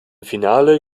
finale